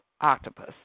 octopus